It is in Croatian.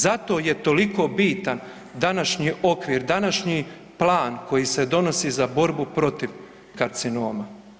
Zato je toliko bitan današnji okvir, današnji plan koji se donosi za borbu protiv karcinoma.